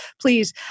please